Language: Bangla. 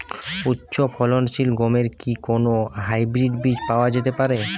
উচ্চ ফলনশীল গমের কি কোন হাইব্রীড বীজ পাওয়া যেতে পারে?